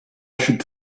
should